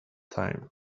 time